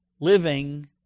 living